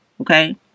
okay